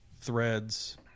threads